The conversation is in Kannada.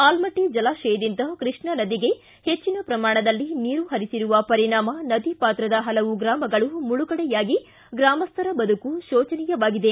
ಆಲಮಟ್ಟ ಜಲಾಶಯದಿಂದ ಕೃಷ್ಣಾ ನದಿಗೆ ಹೆಚ್ಚಿನ ಪ್ರಮಾಣದಲ್ಲಿ ನೀರು ಹರಿಸಿರುವ ಪರಿಣಾಮ ನದಿ ಪಾತ್ರದ ಹಲವು ಗ್ರಾಮಗಳು ಮುಳುಗಡೆಯಾಗಿ ಗ್ರಾಮಸ್ಥರ ಬದುಕು ಶೋಚನಿಯವಾಗಿದೆ